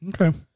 Okay